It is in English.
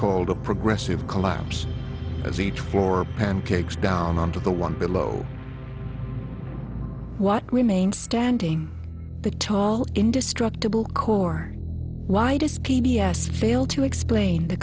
called a progressive collapse as each four pancakes down on to the one below what remained standing the tall indestructible core widest p b s failed to explain t